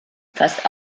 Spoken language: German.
fast